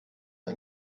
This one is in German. ein